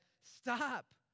stop